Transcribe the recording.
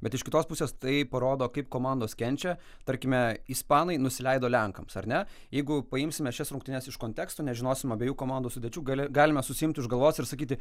bet iš kitos pusės tai parodo kaip komandos kenčia tarkime ispanai nusileido lenkams ar ne jeigu paimsime šias rungtynes iš konteksto nežinosim abiejų komandų sudėčių gali galime susiimti už galvos ir sakyti